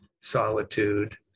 solitude